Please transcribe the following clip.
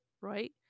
right